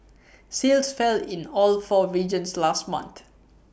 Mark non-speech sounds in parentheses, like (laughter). (noise) sales fell in all four regions last month